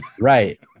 Right